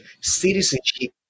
citizenship